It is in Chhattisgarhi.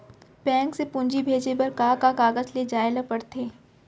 बैंक से पूंजी भेजे बर का का कागज ले जाये ल पड़थे?